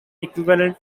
equivalent